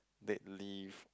dead lift